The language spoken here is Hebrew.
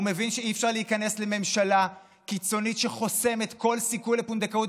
הוא מבין שאי-אפשר להיכנס לממשלה קיצונית שחוסמת כל סיכוי לפונדקאות,